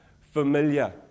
Familiar